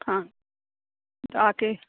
ਹਾਂ ਆ ਕੇ